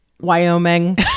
Wyoming